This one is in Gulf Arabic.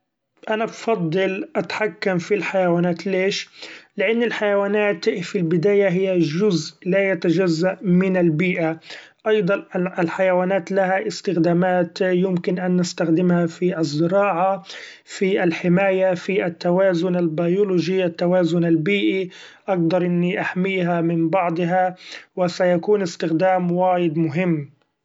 أنا بفضل اتحكم في الحيوانات ليش ؛ لأن الحيوانات في البداية هي جزء لا يتجزأ من البيئة ، أيضا الحيوانات لها استخدامات يمكن أن نستخدمها في الزراعة في الحماية في التوازن البيولوجي التوازن البيئي اقدر اني احميها من بعضها ، و سيكون استخدام وايد مهم.